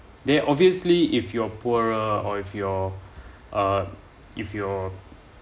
there obviously if you're poorer or if you're uh if you're